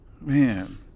man